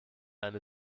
eine